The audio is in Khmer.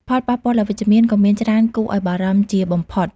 ផលប៉ះពាល់អវិជ្ជមាន ក៏មានច្រើនគួរឱ្យបារម្ភជាបំផុត។